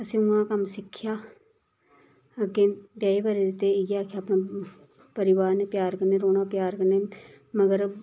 असें उयां कम्म सिक्खेआ अग्गें ब्याए बारे दे इयै परिवार ने प्यार कन्नै रौह्ना प्यार कन्नै मगर